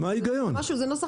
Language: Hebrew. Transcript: זה נוסח